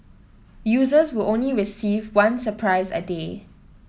users will only receive one surprise a day